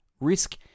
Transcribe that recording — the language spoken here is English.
Risk